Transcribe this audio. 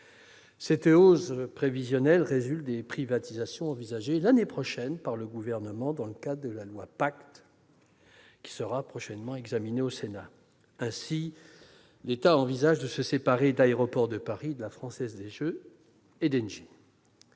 Cette hausse prévisionnelle découle des privatisations envisagées l'année prochaine par le Gouvernement dans le cadre du projet de loi PACTE, qui sera bientôt examiné au Sénat. L'État entend ainsi se séparer d'Aéroports de Paris, de la Française des jeux et d'Engie.